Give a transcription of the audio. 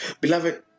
Beloved